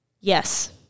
Yes